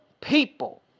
people